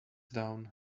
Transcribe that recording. down